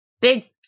big